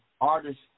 artists